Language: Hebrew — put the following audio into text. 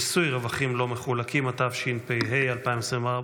(מיסוי רווחים לא מחולקים), התשפ"ה 2024,